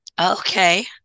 Okay